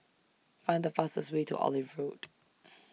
Find The fastest Way to Olive Road